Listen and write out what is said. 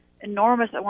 enormous